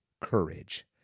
courage